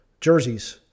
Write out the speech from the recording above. jerseys